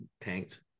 tanked